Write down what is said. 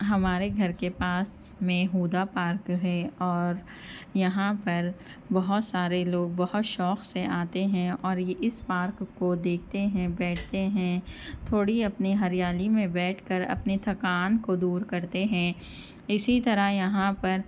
ہمارے گھر کے پاس میں ہُدیٰ پارک ہے اور یہاں پر بہت سارے لوگ بہت شوق سے آتے ہیں اور یہ اِس پارک کو دیکھتے ہیں بیٹھتے ہیں تھوڑی اپنی ہریالی میں بیٹھ کر اپنی تھکان کو دور کرتے ہیں اِسی طرح یہاں پر